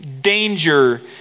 danger